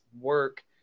work